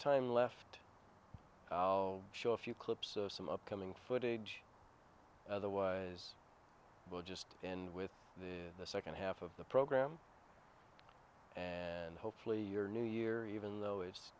time left how show a few clips of some upcoming footage otherwise it will just end with the second half of the program and hopefully your new year even though it's